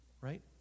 right